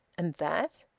and that,